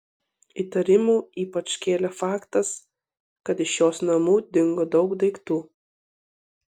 įtarimų ypač kėlė faktas kad iš jos namų dingo daug daiktų